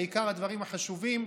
בעיקר בדברים החשובים.